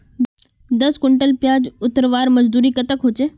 दस कुंटल प्याज उतरवार मजदूरी कतेक होचए?